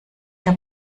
der